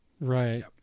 Right